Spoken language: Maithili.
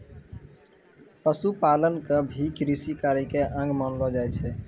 पशुपालन क भी कृषि कार्य के अंग मानलो जाय छै